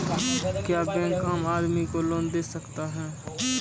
क्या बैंक आम आदमी को लोन दे सकता हैं?